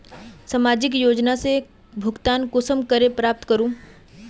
सामाजिक योजना से भुगतान कुंसम करे प्राप्त करूम?